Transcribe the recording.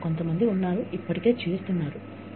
కొంతమంది ఇప్పటికే చేస్తున్నారు